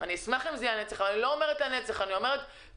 ואני מקווה שמשרדי ממשלה,